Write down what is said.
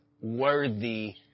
worthy